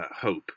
hope